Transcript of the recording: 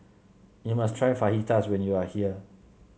you must try Fajitas when you are here